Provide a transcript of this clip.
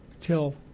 till